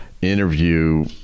interview